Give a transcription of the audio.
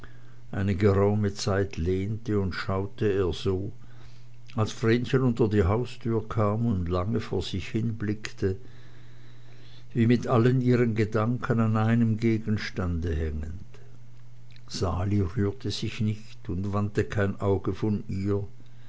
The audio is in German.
eine geraume zeit lehnte und schaute er so als vrenchen unter die haustür kam und lange vor sich hin blickte wie mit allen ihren gedanken an einem gegenstande hängend sali rührte sich nicht und wandte kein auge von ihr